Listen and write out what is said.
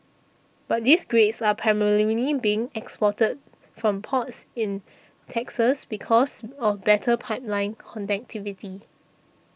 but these grades are being exported from ports in Texas because of better pipeline connectivity